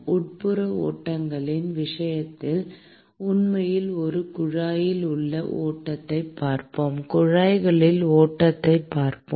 உட்புற ஓட்டங்களின் விஷயத்தில் உண்மையில் ஒரு குழாயில் உள்ள ஓட்டத்தைப் பார்ப்போம் குழாய்களில் ஓட்டத்தைப் பார்ப்போம்